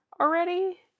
already